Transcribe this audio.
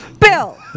bill